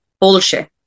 Bullshit